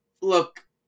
Look